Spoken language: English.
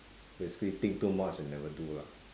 basically think too much and never do lah